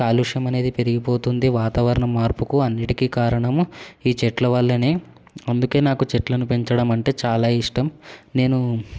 కాలుష్యం అనేది పెరిగిపోతుంది వాతావరణం మార్పుకు అన్నిటికి కారణం ఈ చెట్ల వల్లనే అందుకే నాకు చెట్లను పెంచడం అంటే చాలా ఇష్టం నేను